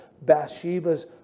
Bathsheba's